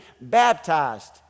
baptized